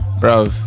bro